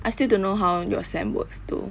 I still don't know how your sem works though